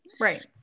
Right